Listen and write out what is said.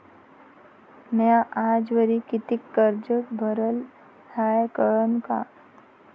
म्या आजवरी कितीक कर्ज भरलं हाय कळन का?